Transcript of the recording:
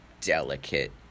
delicate